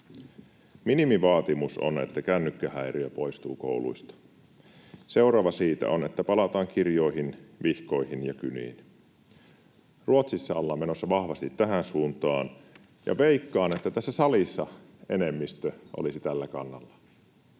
Minimivaatimus on, että kännykkähäiriö poistuu kouluista. Seuraava siitä on, että palataan kirjoihin, vihkoihin ja kyniin. Ruotsissa ollaan menossa vahvasti tähän suuntaan, ja veikkaan, että tässä salissa enemmistö olisi tällä kannalla.